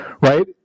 Right